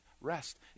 rest